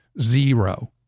zero